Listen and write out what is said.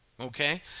okay